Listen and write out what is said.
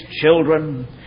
children